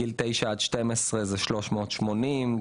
גיל 9-12 זה 380,